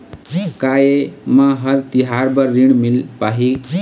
का ये म हर तिहार बर ऋण मिल पाही?